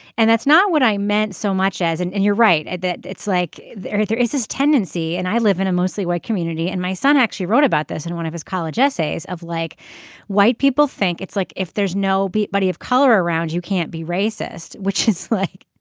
and that's not what i meant so much as and you're right at that. it's like there right there is this tendency and i live in a mostly white community and my son actually wrote about this in one of his college essays of like white people think it's like if there's no beat buddy of color around you can't be racist which is like.